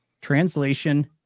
translation